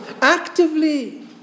actively